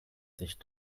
sich